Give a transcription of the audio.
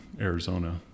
Arizona